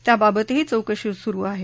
त्याबाबतही चौकशी सुरू आहे